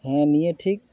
ᱦᱮᱸ ᱱᱤᱭᱟᱹ ᱴᱷᱤᱠ